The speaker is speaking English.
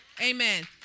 Amen